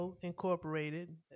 Incorporated